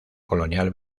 colonial